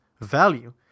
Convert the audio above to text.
value